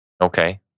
okay